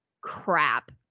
crap